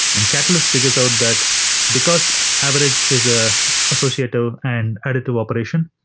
and catalyst figures out that because average is a associative and additive operation,